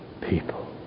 people